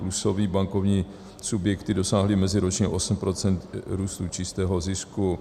Plusové bankovní subjekty dosáhly meziročně 8 % růstu čistého zisku.